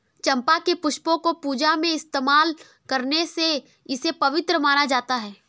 चंपा के पुष्पों को पूजा में इस्तेमाल करने से इसे पवित्र माना जाता